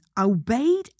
obeyed